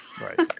Right